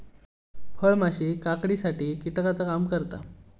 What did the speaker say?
फळमाशी काकडीसाठी कीटकाचा काम करता